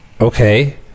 Okay